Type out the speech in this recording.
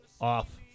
off